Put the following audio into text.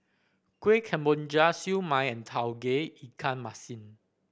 Kuih Kemboja Siew Mai and Tauge Ikan Masin